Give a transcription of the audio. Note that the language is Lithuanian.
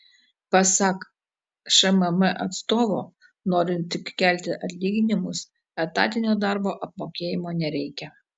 pasak šmm atstovo norint tik kelti atlyginimus etatinio darbo apmokėjimo nereikia